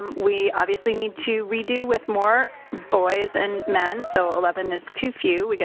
we obviously need to redo with more boys and men, so eleven is too few,